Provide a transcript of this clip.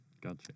Gotcha